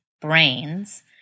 brains